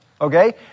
okay